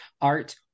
art